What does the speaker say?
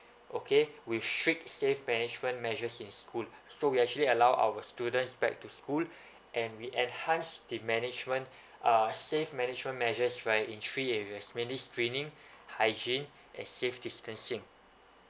okay with strict safe management measures in school so we actually allow our students back to school and we enhanced the management uh safe management measures right in three areas mainly screening hygiene and safe distancing